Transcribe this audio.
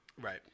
Right